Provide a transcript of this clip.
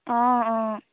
অঁ অঁ